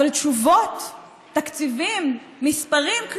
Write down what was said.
אבל תשובות, תקציבים, מספרים, כלום.